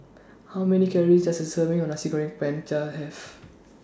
How Many Calories Does A Serving of Nasi Goreng Have